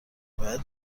باید